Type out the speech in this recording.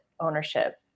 Ownership